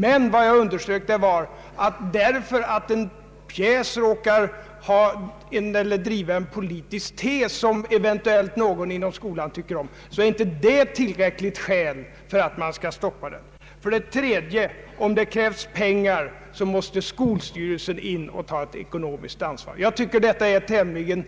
Men därför att en pjäs — och det var den saken som jag ville understryka — råkar driva en politisk tes som eventuellt någon inom skolan inte tycker om så är detta inte ett tillräckligt skäl för att stoppa den. För det tredje. Om det krävs pengar, måste skolstyrelsen träda in och ta ett ekonomiskt ansvar. Jag tycker att detta är tämligen